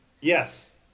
Yes